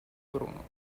bruno